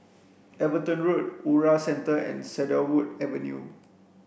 Everton Road Ura Centre and Cedarwood Avenue